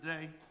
today